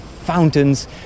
fountains